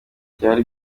ibyari